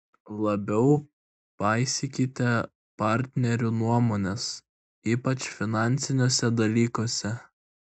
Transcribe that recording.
labiau paisykite partnerių nuomonės ypač finansiniuose dalykuose